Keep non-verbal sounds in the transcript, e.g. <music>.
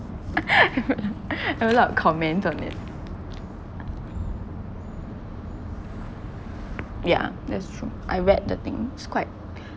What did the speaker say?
<laughs> I have a lot of comments on it yeah that's true I read the thing it's quite